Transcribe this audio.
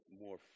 more